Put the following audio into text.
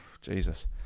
Jesus